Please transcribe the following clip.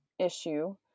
Issue